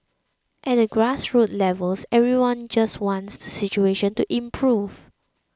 at the grassroots levels everyone just wants the situation to improve